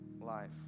life